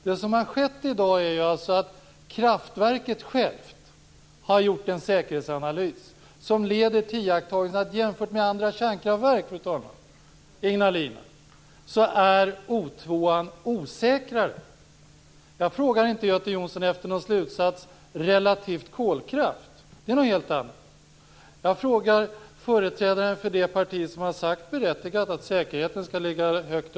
Det som har skett är att kraftverket självt har gjort en säkerhetsanalys, som leder till iakttagelsen att O 2 är osäkrare än andra kärnkraftverk - än Ignalina. Jag frågar inte, Göte Jonsson, efter någon slutsats relativt kolkraft. Det är något helt annat. Jag frågar företrädaren för det parti som berättigat har sagt att säkerheten skall ligga högt.